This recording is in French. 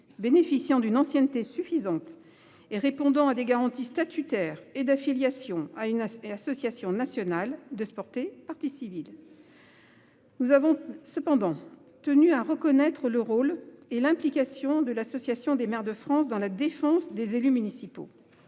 bénéficiant d'une ancienneté suffisante et répondant à des garanties statutaires et d'affiliation à une association nationale de se porter partie civile. Nous avons cependant tenu à reconnaître le rôle et l'implication de l'Association des maires de France dans la défense des élus municipaux.